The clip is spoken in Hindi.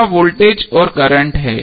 वह वोल्टेज और करंट है